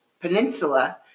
peninsula